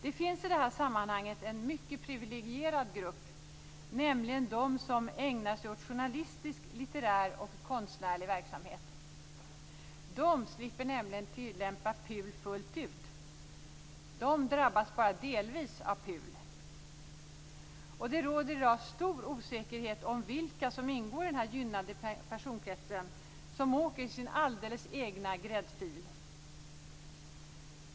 Det finns i detta sammanhang en mycket privilegierad grupp, nämligen de som ägnar sig åt journalistisk, litterär och konstnärlig verksamhet. De slipper nämligen att tillämpa PUL fullt ut. De drabbas bara delvis av PUL. Det råder i dag stor osäkerhet om vilka som ingår i denna gynnade personkrets, som åker i sin alldeles egen "gräddfil".